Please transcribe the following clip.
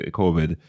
covid